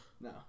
No